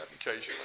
occasionally